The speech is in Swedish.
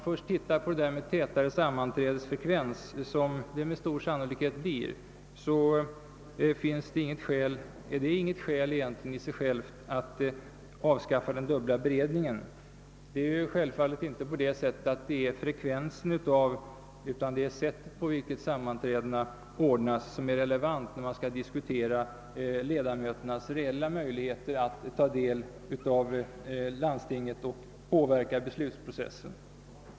En högre sammanträdesfrekvens — som det med stor sannolikhet blir — är emellertid i sig själv inget skäl för att avskaffa den dubbla beredningen. Självfallet är det inte frekvensen av utan sättet på vilket sammanträdena ordnas, som är relevant när man skall diskutera ledamöternas reella möjligheter att ta del i landstingets arbete och påverka beslutsprocessen.